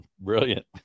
brilliant